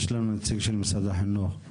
הם